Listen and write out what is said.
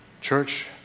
Church